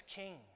king